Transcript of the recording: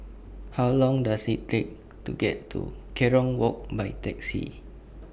How Long Does IT Take to get to Kerong Walk By Taxi